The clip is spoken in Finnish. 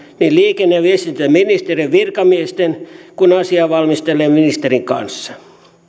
niin liikenne ja viestintäministeriön virkamiesten kuin asiaa valmistelleen ministerin kanssa